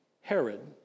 Herod